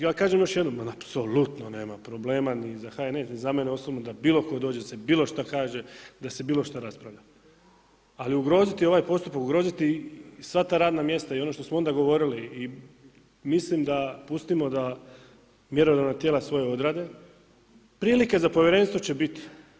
Ja kažem još jednom, apsolutno nema problema ni za HNS, ni za mene osobno da bilo tko dođe, da se bilo šta kaže, da se bilo šta raspravlja, ali ugroziti ovaj postupak, ugroziti sva ta radna mjesta i ono što smo onda govorili i mislim da pustimo da mjerodavna tijela svoje odrade, prilike za povjerenstvo će biti.